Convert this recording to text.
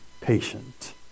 patient